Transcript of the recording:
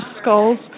skulls